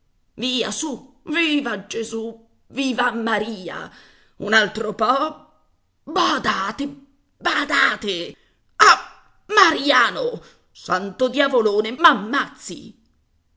via su viva gesù viva maria un altro po badate badate ah mariano santo diavolone m'ammazzi